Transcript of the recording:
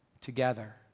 together